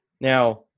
now